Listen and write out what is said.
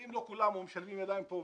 ואם לא כולם משלבים ידיים פה,